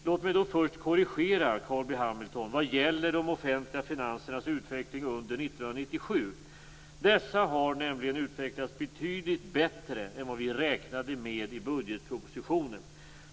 Låt mig först korrigera Carl B Hamilton vad gäller de offentliga finansernas utveckling under 1997. Dessa har nämligen utvecklats betydligt bättre än vad vi räknade med i budgetpropositionen.